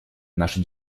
наша